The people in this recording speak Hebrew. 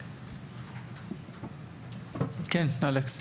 כן, אלכס.